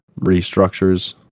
Restructures